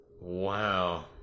wow